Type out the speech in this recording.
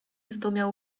zdumiał